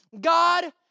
God